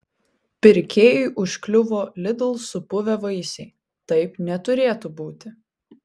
pirkėjui užkliuvo lidl supuvę vaisiai taip neturėtų būti